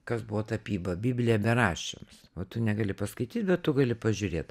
kas buvo tapyba biblija beraščiams o tu negali paskaityt bet tu gali pažiūrėt